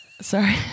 Sorry